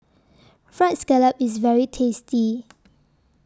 Fried Scallop IS very tasty